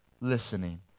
listening